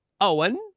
Owen